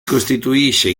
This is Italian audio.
costituisce